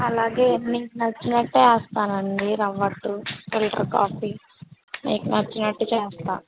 అలాగే మీకు నచ్చినట్టే వేస్తామండీ రవ్వట్టు ఫిల్టర్ కాఫీ మీకు నచ్చినట్టు చేస్తా